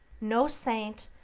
no saint,